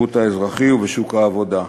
בשירות האזרחי ובשוק העבודה.